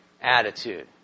attitude